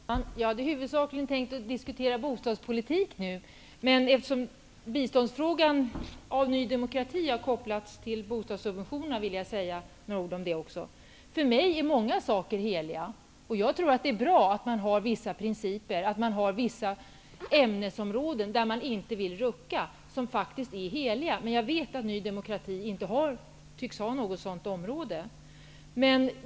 Herr talman! Jag hade tänkt att huvudsakligen diskutera bostadspolitik, men eftersom Ny demokrati har kopplat biståndsfrågan till frågan om bostadssubventionerna vill jag säga några ord om den också. För mig är många saker heliga. Jag tror att det är bra att man har vissa principer, att man har vissa ämnesområden där man inte vill rucka på principerna, som faktiskt är heliga, men Ny demokrati tycks inte ha något sådant område.